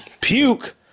Puke